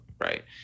Right